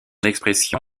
expression